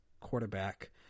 quarterback